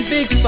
Big